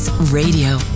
Radio